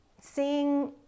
seeing